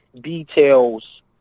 details